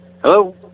Hello